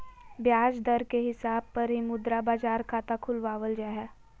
ब्याज दर के हिसाब पर ही मुद्रा बाजार खाता खुलवावल जा हय